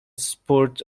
spurred